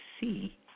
see